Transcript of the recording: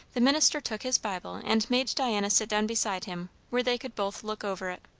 the minister took his bible and made diana sit down beside him where they could both look over it.